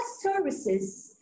Services